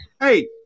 hey